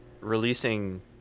releasing